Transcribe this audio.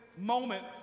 moment